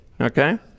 Okay